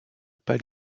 pas